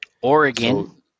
Oregon